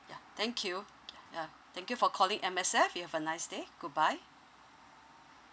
ya thank you uh thank you for calling M_S_F you have a nice day goodbye